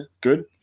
good